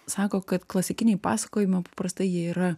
sako kad klasikiniai pasakojimai paprastai jie yra